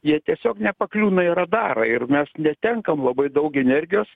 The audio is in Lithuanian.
jie tiesiog nepakliūna į radarą ir mes netenkam labai daug energijos